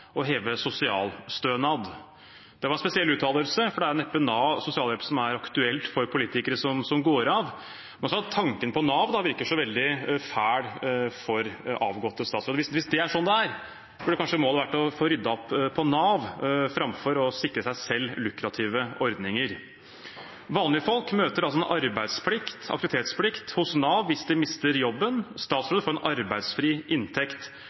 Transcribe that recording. og heve sosialstønad. Det var en spesiell uttalelse, for det er neppe sosialhjelp som er aktuelt for politikere som går av. Men hvis det er sånn at tanken på Nav virker så veldig fæl for avgåtte statsråder, burde kanskje målet vært å få ryddet opp i Nav framfor å sikre seg selv lukrative ordninger. Vanlige folk møter altså en arbeidsplikt, en aktivitetsplikt, hos Nav hvis de mister jobben, mens statsråder får en arbeidsfri inntekt.